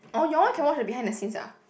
orh your one can watch the behind the scenes ah